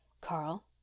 Carl